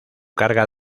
carga